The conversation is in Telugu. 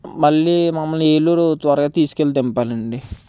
మళ్ళీ మమ్మల్ని ఏలూరు త్వరగా తీసుకెళ్లి దింపాలండి